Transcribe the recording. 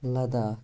Ladakh